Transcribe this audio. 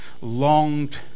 longed